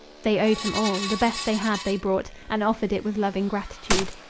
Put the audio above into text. they owed him all. the best they had they brought, and offered it with loving gratitude.